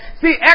See